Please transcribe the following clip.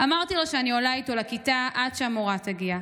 אמרתי לו שאני עולה איתו לכיתה עד שהמורה תגיע.